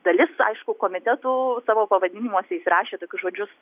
dalis aišku komitetų savo pavadinimuose įsirašė tokius žodžius